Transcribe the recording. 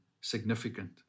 significant